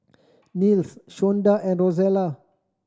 Nils Shonda and Rozella